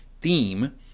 theme